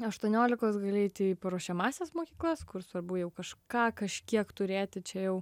aštuoniolikos gali eiti į paruošiamąsias mokyklas kur svarbu jau kažką kažkiek turėti čia jau